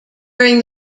during